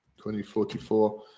2044